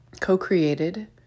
co-created